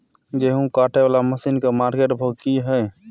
गेहूं काटय वाला मसीन के मार्केट भाव की हय?